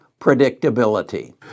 predictability